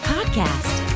Podcast